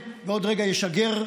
ילכו לגורלם.